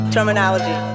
Terminology